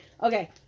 Okay